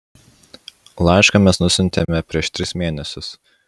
laišką mes nusiuntėme prieš tris mėnesius